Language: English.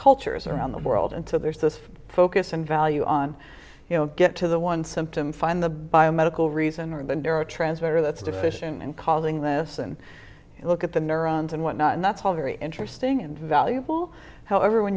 cultures around the world and so there's this focus in value on you know get to the one symptom find the biomedical reason ribbon duro transmitter that's deficient in causing this and look at the neurons and whatnot and that's all very interesting and valuable however when